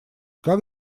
как